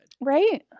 Right